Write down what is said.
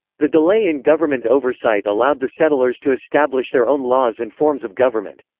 the delay in government oversight allowed the settlers to establish their own laws and forms of government.